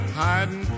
hiding